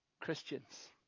Christians